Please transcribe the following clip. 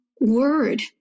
word